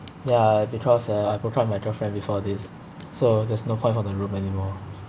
ya because uh I broke up with my girlfriend before this so there's no point for the room anymore